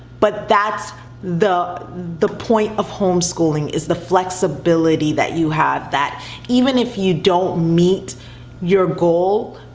but that's the the point of homeschooling is the flexibility that you have that even if you don't meet your goal,